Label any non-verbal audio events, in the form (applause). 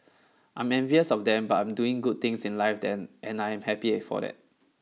I'm envious of them but I'm doing good things in life (noise) and I am happy for that